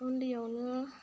उन्दैयावनो